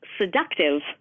seductive